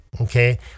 Okay